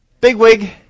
bigwig